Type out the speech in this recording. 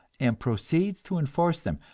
and proceeds to enforce them,